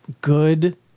good